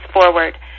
forward